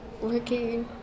working